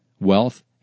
wealth